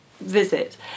visit